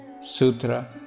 Sutra